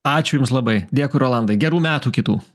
ačiū jums labai dėkui rolandai gerų metų kitų